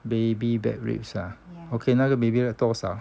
baby back ribs ah okay 那个 baby 的是多少